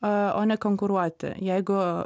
o ne konkuruoti jeigu